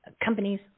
companies